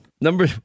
Number